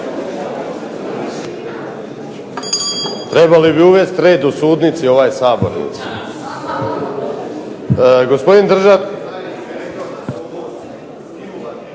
Trebali bi uvesti red u sudnici, ovo je sabornica. ...